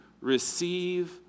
receive